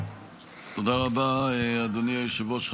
תודה רבה, אדוני היושב-ראש.